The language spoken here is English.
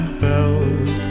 felt